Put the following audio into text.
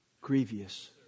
Grievous